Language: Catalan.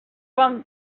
quan